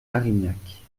arignac